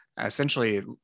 essentially